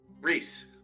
Reese